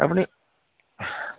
আপুনি